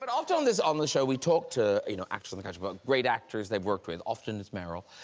but often on this um show we talk to you know actors and actresses kind of about great actors they've worked with, often it's meryl,